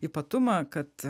ypatumą kad